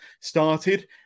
started